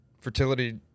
fertility